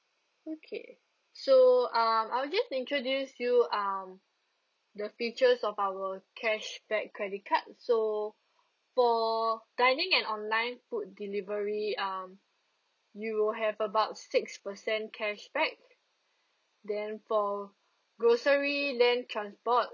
okay so um I'll just introduce you um the features of our cashback credit card so for dining and online food delivery um you will have about six percent cashback then for grocery land transport